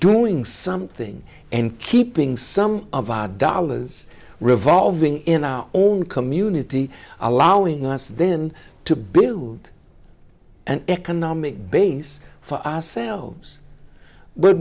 doing something and keeping some of our dollars revolving in our own community allowing us then to build an economic base for us selves